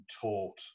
taught